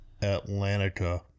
Atlantica